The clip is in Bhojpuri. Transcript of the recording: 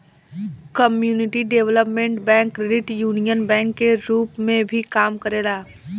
community development bank credit union bank के रूप में भी काम करेला